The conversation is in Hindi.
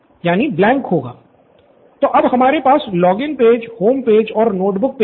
स्टूडेंट सिद्धार्थ तो अब हमारे पास लॉगिन पेज होम पेज और नोट बुक पेज है